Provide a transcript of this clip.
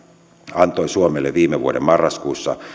antoi suomelle viime vuoden marraskuussa